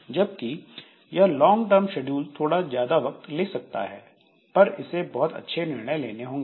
जबकि यह long term schedule थोड़ा ज्यादा वक्त ले सकता है पर इसे बहुत अच्छे निर्णय लेने होंगे